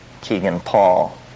Keegan-Paul